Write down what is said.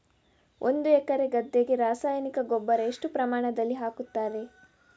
ಒಂದು ಎಕರೆ ಗದ್ದೆಗೆ ರಾಸಾಯನಿಕ ರಸಗೊಬ್ಬರ ಎಷ್ಟು ಪ್ರಮಾಣದಲ್ಲಿ ಹಾಕುತ್ತಾರೆ?